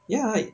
ya